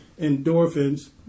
endorphins